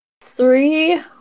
Three